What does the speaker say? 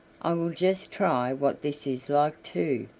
i will just try what this is like too,